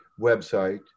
website